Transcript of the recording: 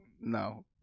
No